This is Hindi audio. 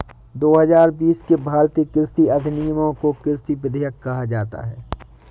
दो हजार बीस के भारतीय कृषि अधिनियमों को कृषि विधेयक कहा जाता है